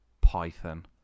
Python